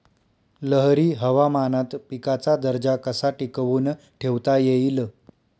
लहरी हवामानात पिकाचा दर्जा कसा टिकवून ठेवता येईल?